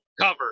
cover